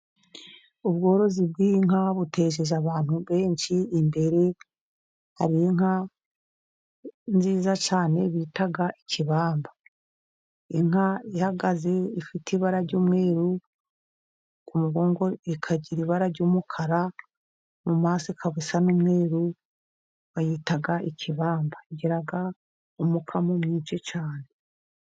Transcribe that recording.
Ubworozi bw'inka butejeje abantu benshi imbere, hari inka nziza cyane bita ikibamba. Inka ihagaze ifite ibara ry'umweru, ku mugongo ikagira ibara ry'umukara, mu maso ikaba isa n'umweru, bayitaga ikibamba. Igiraga umukamo mwinshi cyane.